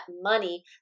money